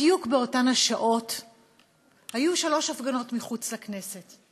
בדיוק באותן השעות היו שלוש הפגנות מחוץ לכנסת: